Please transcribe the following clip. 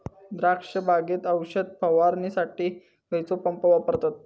द्राक्ष बागेत औषध फवारणीसाठी खैयचो पंप वापरतत?